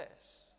Yes